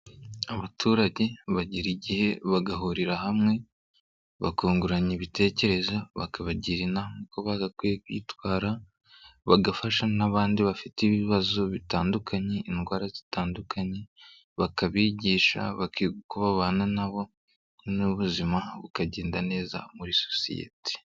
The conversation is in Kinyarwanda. Abaturage bagira igihe bagahurira hamwe bakungurana ibitekerezo bakabagira inama uko bagakwiye kwitwara bagafasha n'abandi bafite ibibazo bitandukanye, indwara zitandukanye. Bakabigisha bakiga uko babana nabo noeho ubuzima bukagenda neza muri sosiyete.